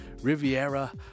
Riviera